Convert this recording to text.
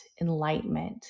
enlightenment